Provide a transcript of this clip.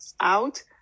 out